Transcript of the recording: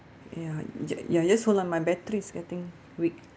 ya ya just hold on my batteries getting weak